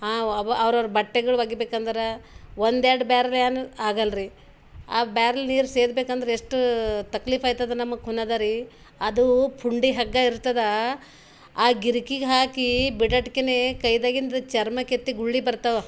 ಅವ ಅವ್ರವ್ರ ಬಟ್ಟೆಗಳು ಒಗಿಬೇಕು ಅಂದ್ರೆ ಒಂದೆರಡು ಬ್ಯಾರ್ಲ್ ಏನು ಆಗಲ್ರಿ ಆ ಬ್ಯಾರ್ಲ್ ನೀರು ಸೇದ್ಬೇಕಂದ್ರೆ ಎಷ್ಟು ತಕ್ಲೀಫ್ ಆಯ್ತದೆ ನಮಗೆ ಖೂನಾ ಅದರಿ ಅದು ಫುಂಡಿ ಹಗ್ಗ ಇರ್ತದೆ ಆ ಗಿರ್ಕಿಗೆ ಹಾಕಿ ಬಿಡೋಟ್ಗಿನೇ ಕೈದಾಗಿಂದು ಚರ್ಮ ಕೆತ್ತಿ ಗುಳ್ಳೆ ಬರ್ತವೆ